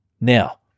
Now